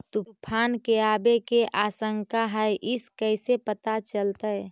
तुफान के आबे के आशंका है इस कैसे पता चलतै?